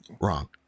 Wrong